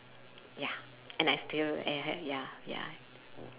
ya and I still ya ya